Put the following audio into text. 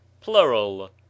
Plural